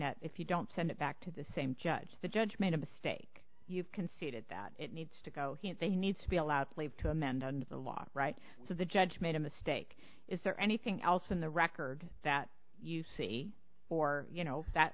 at if you don't send it back to the same judge the judge made a mistake you've conceded that it needs to go here they need to be allowed to amend under the law right so the judge made a mistake is there anything else in the record that you see or you know that